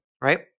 right